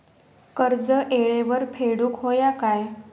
कर्ज येळेवर फेडूक होया काय?